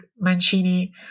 Mancini